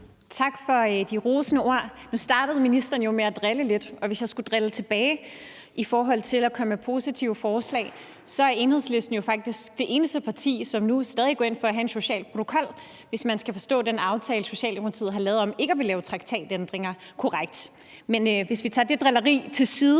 Tak for de rosende ord. Nu startede ministeren jo med at drille lidt, og hvis jeg skulle drille tilbage i forhold til at komme med positive forslag, er Enhedslisten jo faktisk det eneste parti, som nu stadig går ind for at have en social protokol, hvis man skal forstå den aftale, Socialdemokratiet har lavet om ikke at ville lave traktatændringer, korrekt. Men hvis vi lægger det drilleri til side,